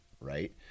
Right